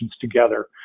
together